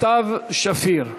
סתיו שפיר.